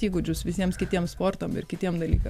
įgūdžius visiems kitiems sportam ir kitiem dalykam